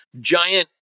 giant